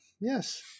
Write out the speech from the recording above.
Yes